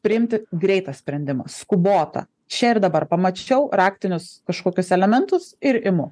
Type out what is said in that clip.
priimti greitą sprendimą skubotą čia ir dabar pamačiau raktinius kažkokius elementus ir imu